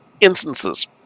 instances